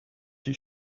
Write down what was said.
you